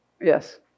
Yes